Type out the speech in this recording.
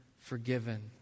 forgiven